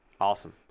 Awesome